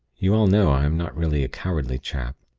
you all know i am not really a cowardly chap.